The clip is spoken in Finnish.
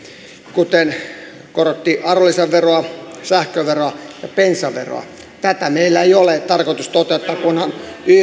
kuten arvonlisäveron sähköveron ja bensaveron korotuksia näitä meillä ei ole tarkoitus toteuttaa kunhan